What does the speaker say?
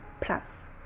plus